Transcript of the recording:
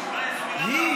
השני,